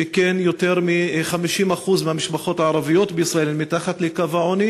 שכן יותר מ-50% מהמשפחות הערביות בישראל הן מתחת לקו העוני